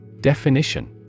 Definition